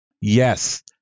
Yes